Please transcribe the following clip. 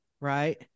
right